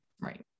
right